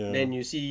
ya